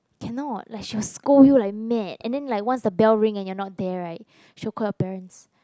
cannot like she will scold you like mad and then like once the bell ring and your not there right she will call your parents